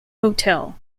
hotel